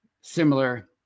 similar